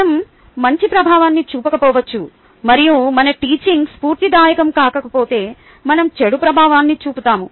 మనం మంచి ప్రభావాన్ని చూపకపోవచ్చు మరియు మన టీచింగ్ స్ఫూర్తిదాయకం కాకపోతే మనం చెడు ప్రభావాన్ని చూపుతాము